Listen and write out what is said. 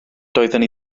doeddwn